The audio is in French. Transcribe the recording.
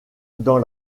dans